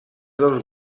dels